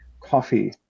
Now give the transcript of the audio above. coffee